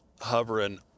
hovering